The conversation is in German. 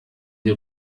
die